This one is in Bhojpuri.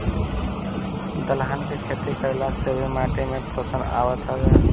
दलहन के खेती कईला से भी माटी में पोषण आवत हवे